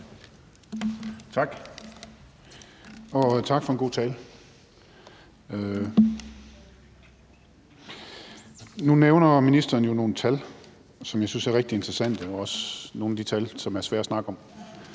Tak, og tak for en god tale. Nu nævner ministeren jo nogle tal, som jeg synes er rigtig interessante. Det gælder også nogle af de tal, som er svære at snakke om,